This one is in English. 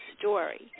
story